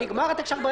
נגמר התקש"ח.